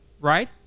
right